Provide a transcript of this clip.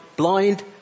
blind